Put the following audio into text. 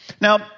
Now